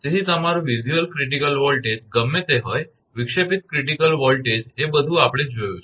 તેથી તમારો visual critical voltage ગમે તે હોય વિક્ષેપિત ક્રિટીકલ વોલ્ટેજ એ બધુ આપણે જોયું છે